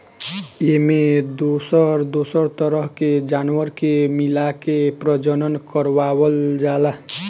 एमें दोसर दोसर तरह के जानवर के मिलाके प्रजनन करवावल जाला